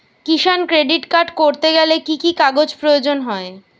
কিষান credit card করতে গেলে কি কি কাগজ প্রয়োজন হয়?